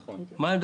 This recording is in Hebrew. מה העמדה